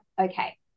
okay